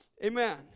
Amen